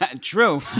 true